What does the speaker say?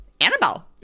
Annabelle